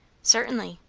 certainly.